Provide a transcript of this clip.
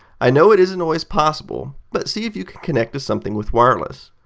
i know it isn't always possible, but see if you can connect to something with wireless.